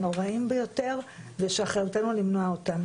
הנוראיים ביותר ושאחריותנו למנוע אותם.